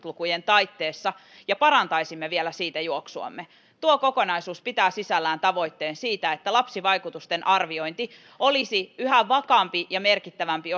lukujen taitteessa ja parantaisimme vielä siitä juoksuamme tuo kokonaisuus pitää sisällään tavoitteen siitä että lapsivaikutusten arviointi olisi yhä vakaampi ja merkittävämpi